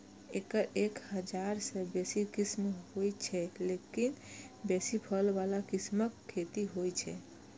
एकर एक हजार सं बेसी किस्म होइ छै, लेकिन बेसी फल बला किस्मक खेती होइ छै